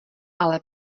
ale